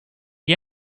gli